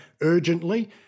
urgently